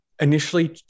initially